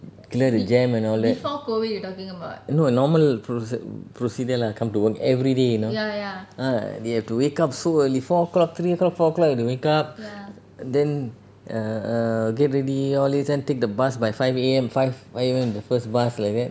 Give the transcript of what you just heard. clear the jam and all that no normal procedure lah come to work everyday you know ah they have to wake up so early four o'clock three o'clock four o'clock have to wake up then err err get ready all this then take the bus by five A_M five A_M the first bus like that